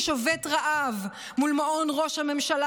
ששובת רעב מול מעון ראש הממשלה,